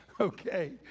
okay